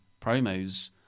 promos